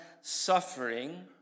suffering